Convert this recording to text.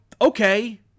okay